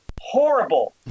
horrible